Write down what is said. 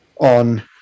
on